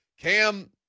Cam